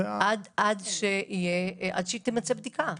זה עד שתימצא בדיקה.